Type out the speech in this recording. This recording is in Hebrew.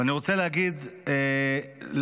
ואני רוצה להגיד להורים,